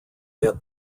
yet